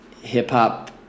hip-hop